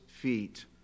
feet